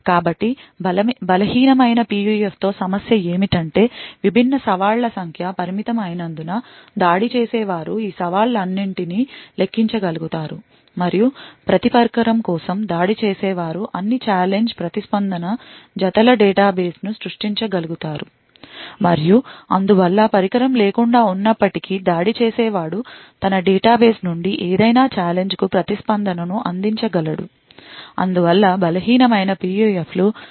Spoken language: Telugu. కాబట్టి బలహీనమైన PUF తో సమస్య ఏమిటంటే విభిన్న సవాళ్ల సంఖ్య పరిమితం అయినందున దాడి చేసేవారు ఈ సవాళ్లన్నింటినీ లెక్కించగలుగుతారు మరియు ప్రతి పరికరం కోసం దాడి చేసేవారు అన్ని ఛాలెంజ్ ప్రతిస్పందన జత ల డేటాబేస్ను సృష్టించగలరు మరియు అందువల్ల పరికరం లేకుండా ఉన్నప్పటికీ దాడి చేసేవాడు తన డేటాబేస్ నుండి ఏదైనా ఛాలెంజ్ కు ప్రతిస్పందనను అందించగలడు అందువల్ల బలహీనమైన PUF లు పరిమిత అనువర్తనాలను కలిగి ఉంటాయి